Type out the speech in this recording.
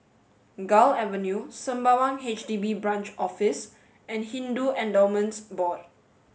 Gul Avenue Sembawang H D B Branch Office and Hindu Endowments Board